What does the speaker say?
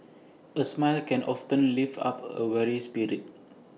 A smile can often lift up A weary spirit